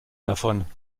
davon